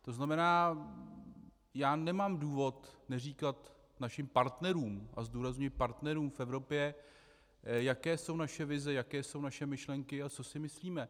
To znamená, já nemám důvod neříkat našim partnerům a zdůrazňuji partnerům v Evropě, jaké jsou naše vize, jaké jsou naše myšlenky a co si myslíme.